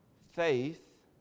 faith